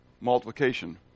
Multiplication